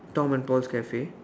Tom and Paul's Cafe